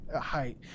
height